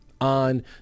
on